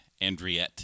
andriette